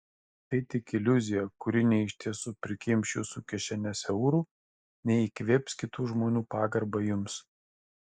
tai tik iliuzija kuri nei iš tiesų prikimš jūsų kišenes eurų nei įkvėps kitų žmonių pagarbą jums